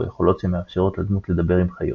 או יכולות שמאפשרות לדמות לדבר עם חיות.